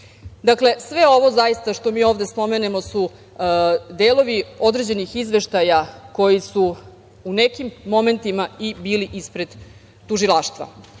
Srbije. Dakle, sve ovo zaista što mi ovde spomenemo su delovi određenih izveštaja koji su u nekim momentima i bili ispred tužilaštva,